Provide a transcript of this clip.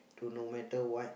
to no matter what